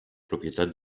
propietat